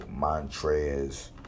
Montrez